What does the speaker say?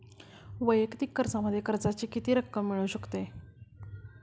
वैयक्तिक कर्जामध्ये कर्जाची किती रक्कम मिळू शकते?